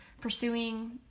pursuing